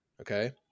okay